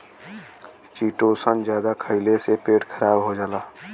chitosan जादा खइले से पेट खराब हो जाला